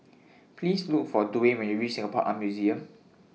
Please Look For Dawne when YOU REACH Singapore Art Museum